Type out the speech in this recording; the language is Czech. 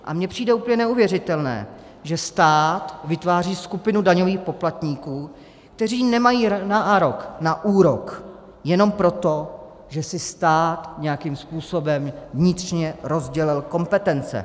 A mně přijde úplně neuvěřitelné, že stát vytváří skupinu daňových poplatníků, kteří nemají nárok na úrok jenom proto, že si stát nějakým způsobem vnitřně rozdělil kompetence.